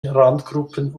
randgruppen